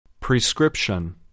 Prescription